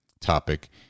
topic